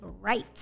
right